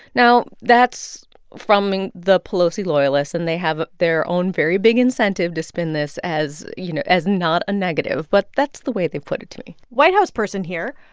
now, that's from the pelosi loyalists, and they have their own, very big incentive to spin this as, you know, as not a negative. but that's the way they've put it to me white house person here.